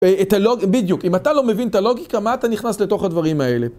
את הלוג, בדיוק, אם אתה לא מבין את הלוגיקה, מה אתה נכנס לתוך הדברים האלה?